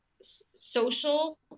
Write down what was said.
social